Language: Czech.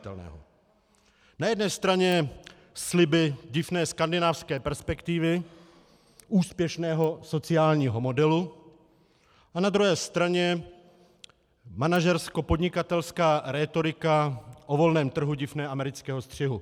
Na jedné straně sliby div ne skandinávské perspektivy úspěšného sociálního modelu, na druhé straně manažerskopodnikatelská rétorika o volném trhu div ne amerického střihu.